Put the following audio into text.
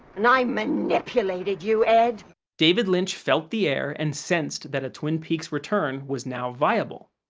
and i manipulated you, ed. david lynch felt the air and sensed that a twin peaks return was now viable.